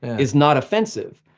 it's not offensive.